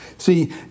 See